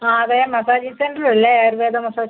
ആ അതെ massaging centre അല്ലേ ആയുർവേദ മസാജ്